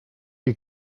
you